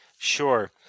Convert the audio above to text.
sure